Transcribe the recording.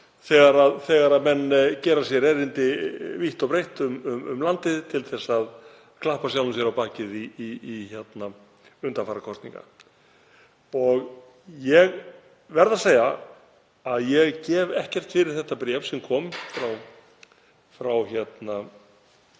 þegar menn gera sér erindi vítt og breitt um landið til að klappa sjálfum sér á bakið í undanfara kosninga. Ég verð að segja að ég gef ekkert fyrir það bréf sem kom frá